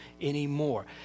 anymore